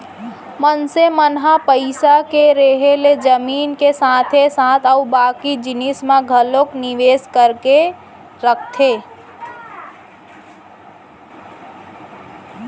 मनसे मन ह पइसा के रेहे ले जमीन के साथे साथ अउ बाकी जिनिस म घलोक निवेस करके रखथे